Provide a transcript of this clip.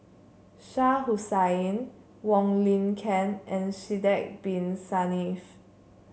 Shah Hussain Wong Lin Ken and Sidek Bin Saniff